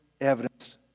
evidence